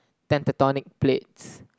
tectonic plates